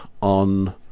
on